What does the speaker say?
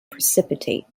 precipitate